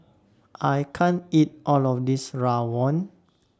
I can't eat All of This Rawon